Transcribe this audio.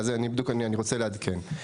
אני בדיוק רוצה לעדכן.